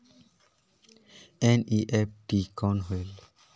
NEFT कौन होएल?